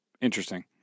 interesting